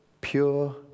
pure